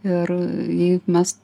ir jei mes